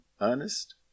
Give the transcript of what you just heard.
Ernest